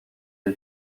une